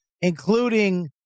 including